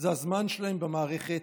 זה הזמן שלהם במערכת,